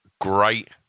great